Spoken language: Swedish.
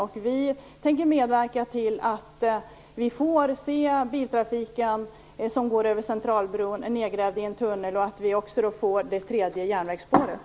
Centerpartiet tänker medverka till att vi får se biltrafiken över Centralbron nedgrävd i en tunnel och till det tredje järnvägsspåret.